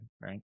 right